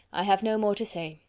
i have no more to say.